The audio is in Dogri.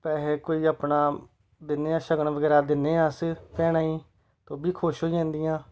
पैहे कोई अपना दिन्नेआं सगन बगैरा दिन्नेआं अस भैनें गी ते ओह् बी खुश होई जंदियां